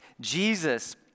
Jesus